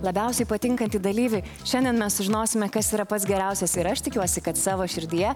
labiausiai patinkantį dalyvį šiandien mes sužinosime kas yra pats geriausias ir aš tikiuosi kad savo širdyje